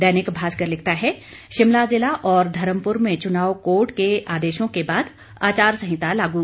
दैनिक भास्कर लिखता है शिमला जिला और धर्मपुर में चुनाव कोर्ट के आदेशों के बाद आचार संहिता लागू